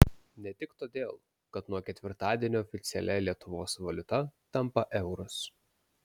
ne tik todėl kad nuo ketvirtadienio oficialia lietuvos valiuta tampa euras